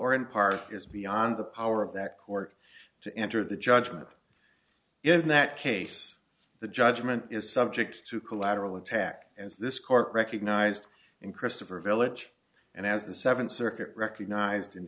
or in part is beyond the power of that court to enter the judgment if in that case the judgment is subject to collateral attack as this court recognized in christopher village and as the seventh circuit recognized in